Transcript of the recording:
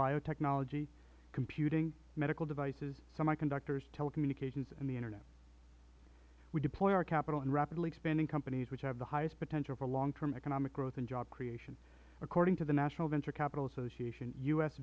biotechnology computing medical devices semiconductors telecommunications and the internet we deploy our capital in rapidly expanding companies which have the highest potential for long term economic growth and job creation according to the national venture capital association u